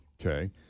Okay